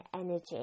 energy